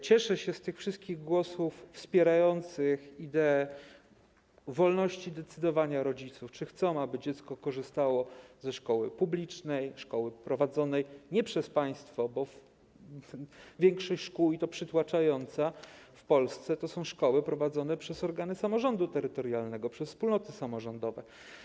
Cieszę się z wszystkich głosów wspierających ideę wolności dotyczącą decydowania rodziców, czy chcą, aby dziecko korzystało ze szkoły publicznej, szkoły prowadzonej nie przez państwo, bo większość szkół, i to przytłaczająca, w Polsce to są szkoły prowadzone przez organy samorządu terytorialnego, przez wspólnoty samorządowe.